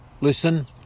listen